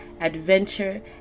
adventure